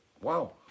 wow